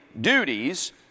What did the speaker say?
duties